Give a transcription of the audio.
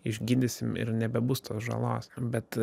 išgydysim ir nebebus tos žalos bet